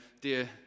dear